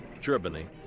Germany